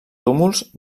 túmuls